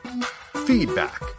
feedback